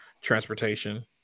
transportation